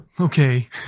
okay